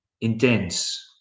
intense